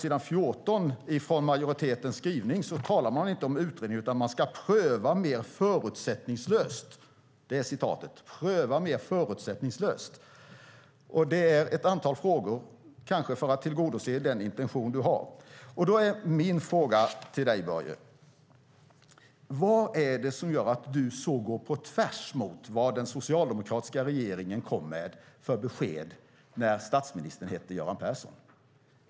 I majoritetens skrivning på s. 14 talar man inte om en utredning utan om att man ska "pröva mer förutsättningslöst". Det gäller ett antal frågor, kanske för att tillgodose den intention som du har. Min fråga till dig, Börje, är: Vad är det som gör att du så går på tvärs mot vad den socialdemokratiska regeringen kom med för besked när statsministern hette Göran Persson?